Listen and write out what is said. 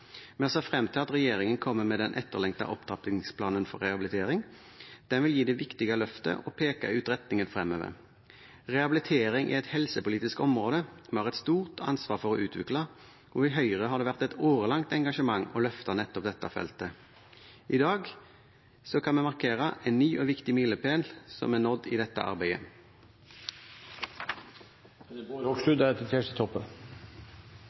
Vi ser frem til at regjeringen kommer med den etterlengtede opptrappingsplanen for rehabilitering. Den vil gi det viktige løftet og peke ut retningen fremover. Rehabilitering er et helsepolitisk område som vi har et stort ansvar for å utvikle, og i Høyre har det vært et årelangt engasjement for å løfte nettopp dette feltet. I dag kan vi markere at en ny og viktig milepæl er nådd i dette arbeidet. Jeg er